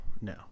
no